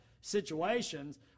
situations